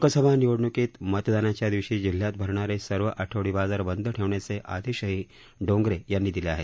लोकसभा निवडणुकीत मतदानाच्या दिवशी जिल्ह्यात भरणारे सर्व आठवडी बाजार बंद ठेवण्याचे आदेशही डोंगरे यांनी दिले आहेत